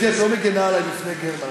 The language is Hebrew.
גברתי, את לא מגינה עלי בפני גרמן.